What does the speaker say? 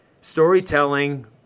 storytelling